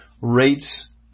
rates